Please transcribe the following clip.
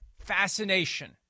fascination